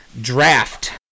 draft